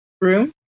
room